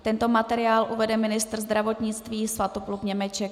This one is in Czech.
Tento materiál uvede ministr zdravotnictví Svatopluk Němeček.